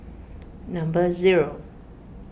number zero